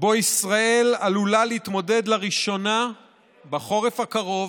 שאיתו ישראל עלולה להתמודד לראשונה בחורף הקרוב,